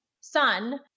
son